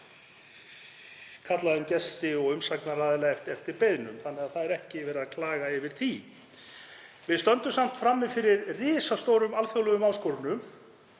kallað inn gesti og umsagnaraðila eftir beiðnum, þannig að ekki er verið að klaga yfir því. Við stöndum samt frammi fyrir risastórum, alþjóðlegum áskorunum